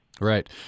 Right